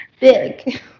big